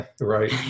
Right